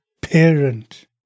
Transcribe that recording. parent